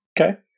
Okay